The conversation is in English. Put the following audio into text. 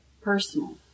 personal